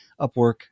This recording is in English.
Upwork